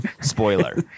spoiler